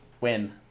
Win